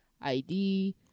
id